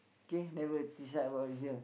okay never teach us about racism